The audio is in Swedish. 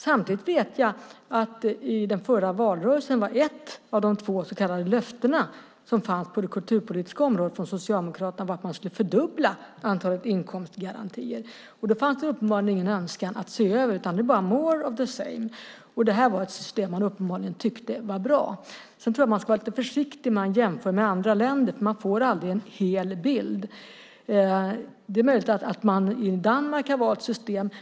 Samtidigt vet jag att i den förra valrörelsen var ett av de två så kallade löftena som fanns på det kulturpolitiska området från Socialdemokraterna att man skulle fördubbla antalet inkomstgarantier. Då fanns det uppenbarligen ingen önskan att se över detta. Det är bara more of the same. Detta var ett system som man uppenbarligen tyckte var bra. Jag tror att man ska vara lite försiktig när man jämför med andra länder för man får aldrig en hel bild. Det är möjligt att man i Danmark har valt system.